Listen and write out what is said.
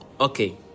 okay